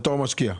בתור משקיע.